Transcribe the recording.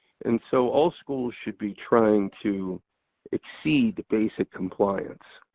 and so all schools should be trying to exceed the basic compliance.